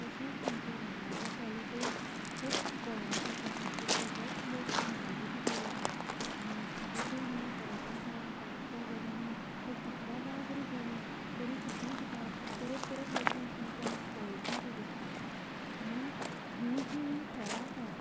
तशेंच थंयचो महाराजा पेलेसय खूब पळोवण्या सारखो आसा कितलेशेच लोक थंय भोंवडे खातीर येतात आनी अशीं ही पर्यटन थळां आसा ज्या जाग्यांनी तूं कितल्या वेळा जरी गेले तरी सुद्दां तुकां परत परत वचून थंय तें पळोवचे अशें दिसता म्हणून ही जी थळां आसात